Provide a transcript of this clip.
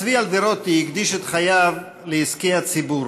צבי אלדרוטי הקדיש את חייו לעסקי הציבור.